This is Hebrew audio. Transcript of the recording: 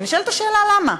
ונשאלת השאלה למה,